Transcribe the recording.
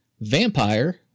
Vampire